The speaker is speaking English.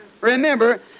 Remember